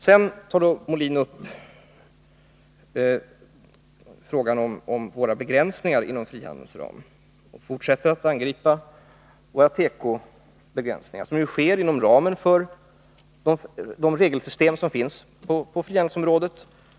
Sedan tar Björn Molin frågan om våra begränsningar inom frihandelsramen och fortsätter att angripa våra tekobegränsningar, som ju sker inom ramen för de regelsystem som finns på frihandelsområdet.